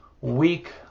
week